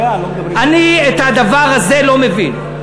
אני את הדבר הזה לא מבין.